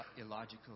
illogical